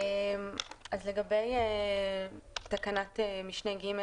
אז לגבי תקנת משנה (ג),